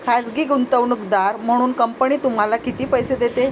खाजगी गुंतवणूकदार म्हणून कंपनी तुम्हाला किती पैसे देते?